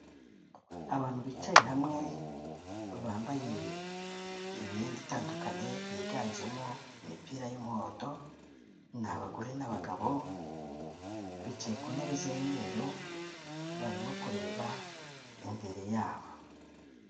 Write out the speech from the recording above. Abantu bicaye hamwe bambaye imyenda itandukanye yiganjemo imipira y'umuhondo, ni abagore n'abagabo. Bicaye ku ntebe z'imyeru barimo kureba imbere yabo.